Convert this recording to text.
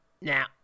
Now